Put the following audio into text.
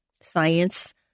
Science